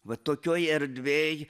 va tokioj erdvėj